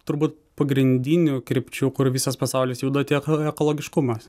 turbūt pagrindinių krypčių kur visas pasaulis juda tiek ekologiškumas